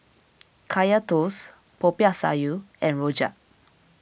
Kaya Toast Popiah Sayur and Rojak